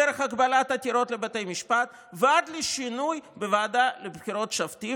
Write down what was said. דרך הגבלת עתירות לבתי משפט ועד לשינוי בוועדה לבחירת שופטים,